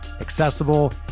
accessible